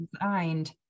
designed